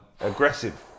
aggressive